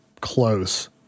close